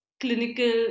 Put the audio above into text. clinical